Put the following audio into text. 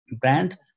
Brand